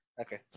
Okay